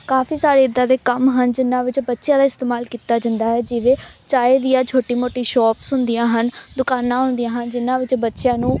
ਕਾਫੀ ਸਾਰੇ ਇੱਦਾਂ ਦੇ ਕੰਮ ਹਨ ਜਿਨ੍ਹਾਂ ਵਿੱਚ ਬੱਚਿਆਂ ਦਾ ਇਸਤੇਮਾਲ ਕੀਤਾ ਜਾਂਦਾ ਹੈ ਜਿਵੇਂ ਚਾਏ ਦੀਆਂ ਛੋਟੀ ਮੋਟੀ ਸ਼ੋਪਸ ਹੁੰਦੀਆਂ ਹਨ ਦੁਕਾਨਾਂ ਹੁੰਦੀਆਂ ਹਨ ਜਿਨ੍ਹਾਂ ਵਿੱਚ ਬੱਚਿਆਂ ਨੂੰ